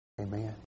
Amen